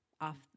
off